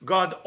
God